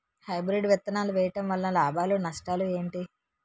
Hybrid విత్తనాలు వేయటం వలన లాభాలు నష్టాలు ఏంటి?